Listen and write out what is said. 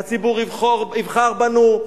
הציבור יבחר בנו,